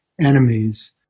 enemies